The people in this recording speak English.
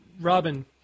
Robin